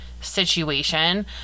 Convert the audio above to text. situation